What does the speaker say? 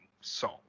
song